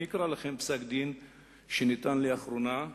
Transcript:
אני אקרא לכם פסק-דין שניתן לאחרונה.